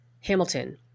Hamilton